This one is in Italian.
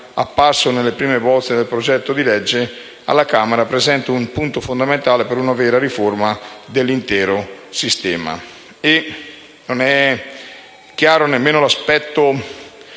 apparso nelle prime bozze del progetto di legge alla Camera, rappresenta un punto fondamentale per una vera riforma dell'intero Sistema.